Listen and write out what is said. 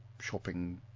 Shopping